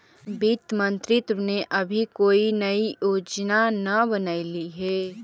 वित्त मंत्रित्व ने अभी कोई नई योजना न बनलई हे